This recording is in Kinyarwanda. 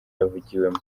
yavugiwemo